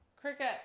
cricket